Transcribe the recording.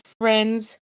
friends